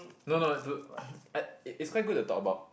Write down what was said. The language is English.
no no to I it's quite good to talk about